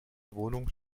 wohnung